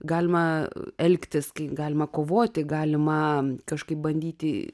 galima elgtis kai galima kovoti galima kažkaip bandyti